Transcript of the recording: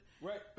Right